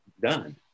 done